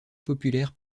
populaire